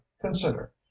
consider